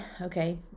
okay